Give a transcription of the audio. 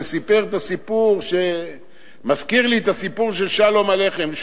שסיפר את הסיפור שמזכיר לי את הסיפור של שלום עליכם.